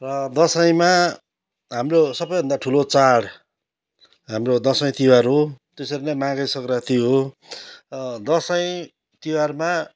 र दसैँमा हाम्रो सबैभन्दा ठुलो चाड हाम्रो दसैँ तिहार हो त्यसरी नै माघे सङ्क्रान्ति हो दसैँ तिहारमा